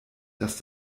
dass